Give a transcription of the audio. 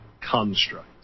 construct